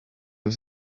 was